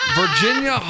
Virginia